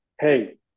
hey